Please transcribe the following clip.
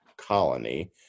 colony